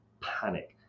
panic